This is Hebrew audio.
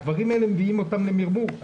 הדברים האלה מביאים אותם לכדי התמרמרות.